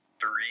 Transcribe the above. three